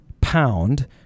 pound